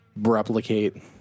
replicate